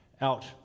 out